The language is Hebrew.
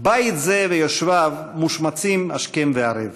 בית זה ויושביו מושמצים השכם והערב.